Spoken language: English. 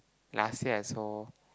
last year I saw